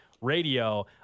Radio